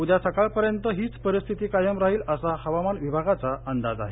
उद्या सकाळपर्यंतहीच परिस्थिती कायम राहिल असा हवामान विभागाचा अंदाज आहे